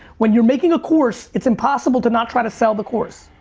when you're making a course, it's impossible to not try to sell the course.